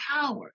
power